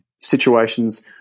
situations